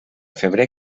febrer